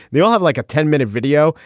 they all have like a ten minute video.